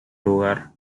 lugar